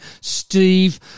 Steve